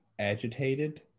agitated